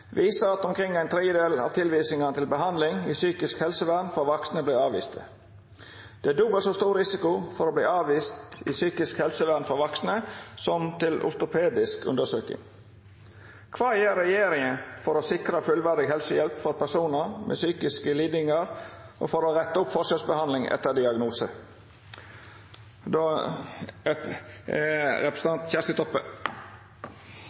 viser nemleg at opp mot 30 pst. av tilvisingane til behandling i psykisk helsevern for vaksne vert avviste. Det er dobbelt så stor risiko for å verta avvist i psykisk helsevern for ein vaksen som det er for ein pasient som vert tilvist til ei ortopedisk undersøking. I psykisk helsevern vert pasientar avviste oftast utan å